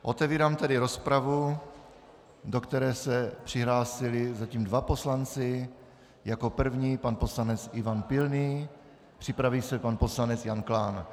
Otevírám tedy rozpravu, do které se přihlásili zatím dva poslanci jako první pan poslanec Ivan Pilný, připraví se pan poslanec Jan Klán.